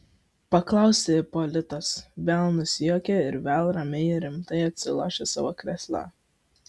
paklausė ipolitas vėl nusijuokė ir vėl ramiai ir rimtai atsilošė savo krėsle